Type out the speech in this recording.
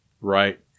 Right